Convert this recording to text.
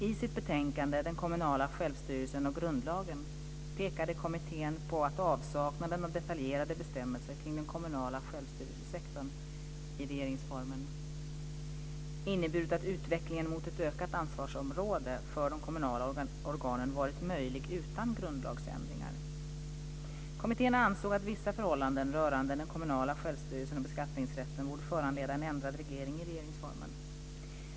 I sitt betänkande Den kommunala självstyrelsen och grundlagen pekade kommittén på att avsaknaden av detaljerade bestämmelser kring den kommunala självstyrelsesektorn i regeringsformen inneburit att utvecklingen mot ett ökat ansvarsområde för de kommunala organen varit möjlig utan grundlagsändringar . Kommittén ansåg att vissa förhållanden rörande den kommunala självstyrelsen och beskattningsrätten borde föranleda en ändrad reglering i regeringsformen.